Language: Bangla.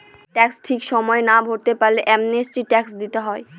ট্যাক্স ঠিক সময়ে না ভরতে পারলে অ্যামনেস্টি ট্যাক্স দিতে হয়